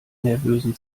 nervösen